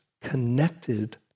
connected